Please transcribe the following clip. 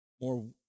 More